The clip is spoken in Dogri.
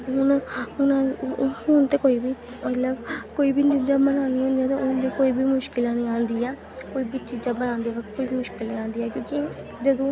हून हून हून ते कोई बी मतलब कोई बी चीजां बनाने होन्ने आं ते हून ते कोई बी मुश्कल निं औंदी ऐ कोई बी चीजां बनांदे वक्त कोई बी मुश्कल निं औंदी ऐ क्योंकि जदूं